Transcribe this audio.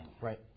Right